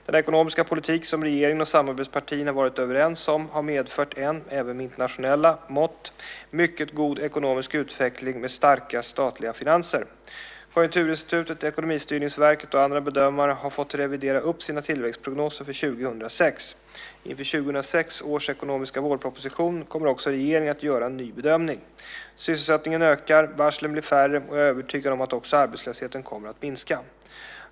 Den ekonomiska politik som regeringen och samarbetspartierna varit överens om har medfört en, även med internationella mått, mycket god ekonomisk utveckling med starka statliga finanser. Konjunkturinstitutet, Ekonomistyrningsverket och andra bedömare har fått revidera upp sina tillväxtprognoser för 2006. Inför 2006 års ekonomiska vårproposition kommer också regeringen att göra en ny bedömning. Sysselsättningen ökar, varslen blir färre och jag är övertygad om att också arbetslösheten kommer att minska.